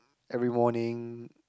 every morning